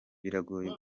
biragoye